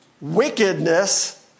wickedness